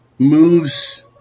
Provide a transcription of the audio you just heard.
moves